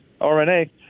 RNA